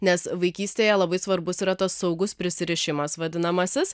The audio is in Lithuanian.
nes vaikystėje labai svarbus yra tas saugus prisirišimas vadinamasis